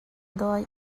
dawi